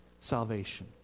salvation